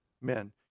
men